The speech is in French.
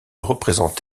représente